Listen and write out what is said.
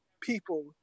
people